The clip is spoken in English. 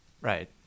Right